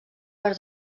per